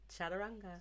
Chaturanga